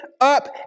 up